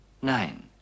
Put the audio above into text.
Nein